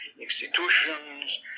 institutions